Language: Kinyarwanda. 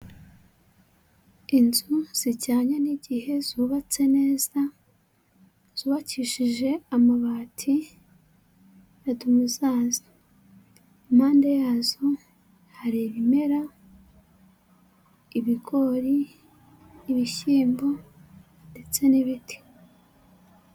Inzu zijyanye n'igihe zubatse neza, zubakishije amabati dumuzazi, impande yazo hari ibimera, ibigori, ibishyimbo ndetse n'ibiti.